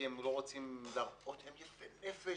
כי הם לא רוצים להראות -- -הם יפי נפש,